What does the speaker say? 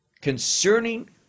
concerning